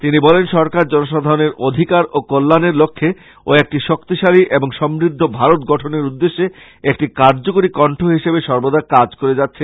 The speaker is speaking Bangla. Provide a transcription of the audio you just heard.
তিনি বলেন সরকার জনসাধারণের অধিকার ও কল্যাণের লক্ষ্যে ও একটি শক্তিশালী এবং সম্বদ্ধ ভারত গঠনের উদ্দেশ্যে একটি কার্যকরী কঠ হিসেবে সর্বদা কাজ করে যাচ্ছে